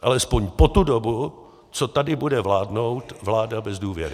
Alespoň po tu dobu, co tady bude vládnout vláda bez důvěry.